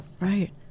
Right